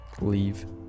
leave